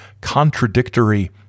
contradictory